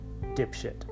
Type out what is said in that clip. dipshit